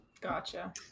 Gotcha